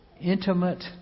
intimate